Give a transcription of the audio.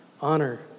honor